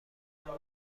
اما